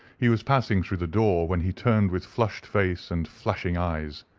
he was passing through the door, when he turned, with flushed face and flashing eyes.